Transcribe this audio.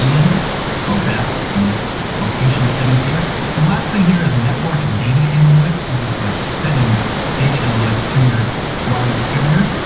and go back to the location settings here and last thing here is network data analytics. this is like sending data analytics to your wireless carrier,